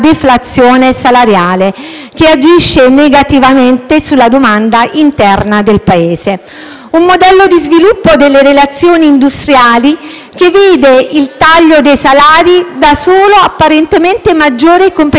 Un modello di sviluppo delle relazioni industriali che vede il taglio dei salari dà solo apparentemente maggiore competitività alle aziende, ma diminuisce i diritti dei lavoratori che vengono di fatto sottopagati.